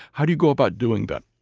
how do you go about doing that?